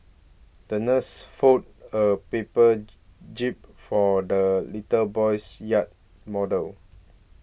the nurse folded a paper jib for the little boy's yacht model